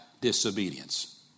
disobedience